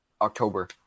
October